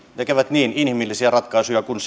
tekevät niin inhimillisiä ratkaisuja kuin